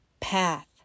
Path